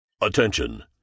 Attention